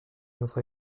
autres